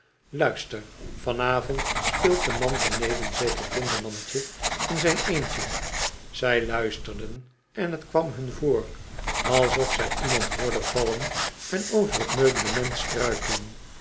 luister van avond speelt de man beneden zeker blindemannetje in zijn eentje zij luisterden en t kwam hun voor alsof zij iemand hoorden vallen en over t meublement struikelen